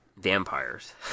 Vampires